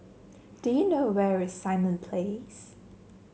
do you know where is Simon Place